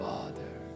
Father